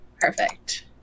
Perfect